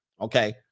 Okay